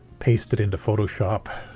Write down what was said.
paste it into photoshop